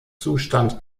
zustand